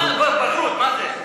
ברור, מה זה.